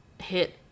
hit